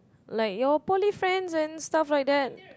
like your poly friends and stuff like that